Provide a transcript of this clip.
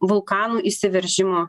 vulkanų išsiveržimo